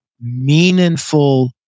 meaningful